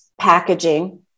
packaging